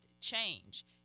change